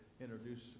introduce